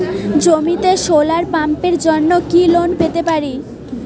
জমিতে সোলার পাম্পের জন্য কি লোন পেতে পারি?